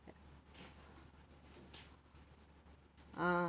ah